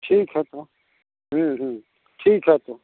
ठीक है तो ठीक है तो